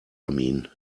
mean